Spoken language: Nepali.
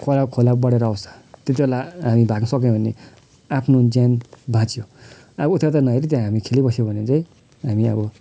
कोही बेला खोला बढेर आउँछ त्यति बेला हामी भाग्नु सक्यो भने आफ्नो ज्यान बाँच्यो अब उता यता नहेरी त्यहाँ हामी खेलिबस्यो भने चाहिँ हामी अब